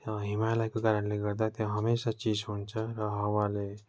हिमालयको कारणले गर्दा त्यहाँ हमेसा चिसो हुन्छ र हावाले